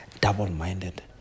double-minded